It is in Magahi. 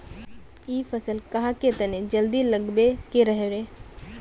इ फसल आहाँ के तने जल्दी लागबे के रहे रे?